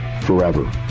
forever